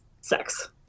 sex